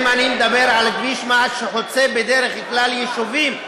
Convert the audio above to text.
אם אני מדבר על כביש שחוצה בדרך כלל יישובים,